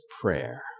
prayer